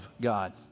God